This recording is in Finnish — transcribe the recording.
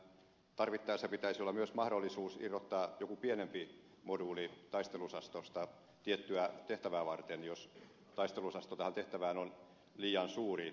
tarvittaessa pitäisi olla myös mahdollisuus irrottaa joku pienempi moduuli taisteluosastosta tiettyä tehtävää varten jos taisteluosasto tähän tehtävään on liian suuri